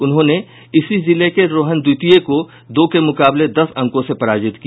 उन्होंने इसी जिले के रोहन द्वितीय को दो के मुकाबले दस अंकों से पराजित किया